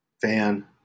fan